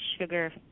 sugar